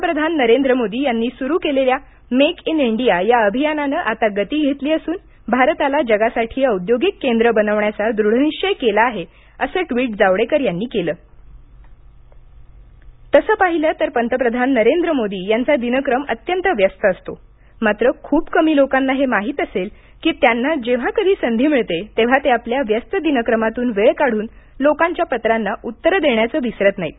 पंतप्रधान नरेंद्र मोदी यांनी सुरु केलेल्या मेक इन इंडिया या अभियानानं आता गती घेतली असून भारताला जगासाठी औद्योगिक केंद्र बनवण्याचा दृढनिश्वय केला आहे असं ट्विट जावडेकर यांनी केलं पंतप्रधानांचे पत्र तसं पाहिलं तर पंतप्रधान नरेंद्र मोदी यांचा दिनक्रम अत्यंत व्यस्त असतो मात्र खूप कमी लोकांना हे माहित असेल की त्यांना जेव्हा कधी संधी मिळते तेव्हा ते आपल्या व्यस्त दिनक्रमातून वेळ काढून लोकांच्या पत्रांना उत्तर देण्याचे विसरत नाहीत